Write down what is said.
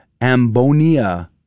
Ambonia